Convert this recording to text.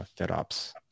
FedOps